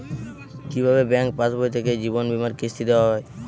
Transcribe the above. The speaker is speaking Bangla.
কি ভাবে ব্যাঙ্ক পাশবই থেকে জীবনবীমার কিস্তি দেওয়া হয়?